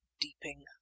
Deeping